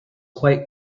quite